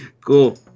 Cool